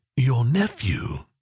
your nephew!